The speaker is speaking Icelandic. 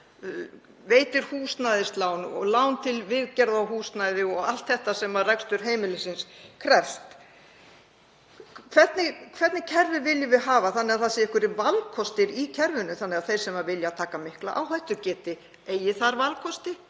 veitir húsnæðislán og lán til viðgerða á húsnæði og allt þetta sem rekstur heimilis krefst. Hvernig kerfi viljum við hafa þannig að það séu einhverjir valkostir í kerfinu þannig að þeir sem vilja taka mikla áhættu eigi þar valkosti